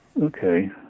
Okay